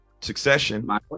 succession